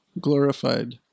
glorified